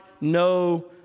no